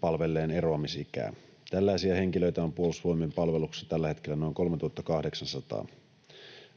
palvelleen eroamisikää. Tällaisia henkilöitä on Puolustusvoimien palveluksessa tällä hetkellä noin 3 800.